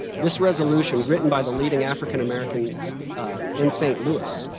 this resolution written by the leading african americans in st. louis,